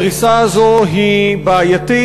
הדריסה הזאת היא בעייתית,